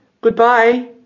Goodbye